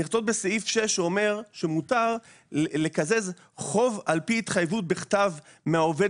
הן נכנסות בסעיף (6) שאומר שמותר לקזז חוב על פי התחייבות בכתב מהעובד